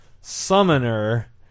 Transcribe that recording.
Summoner